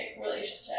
relationship